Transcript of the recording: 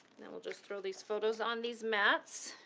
we'll just throw these photos on these mattes,